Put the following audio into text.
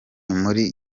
muri